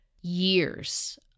years